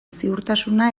ziurtasuna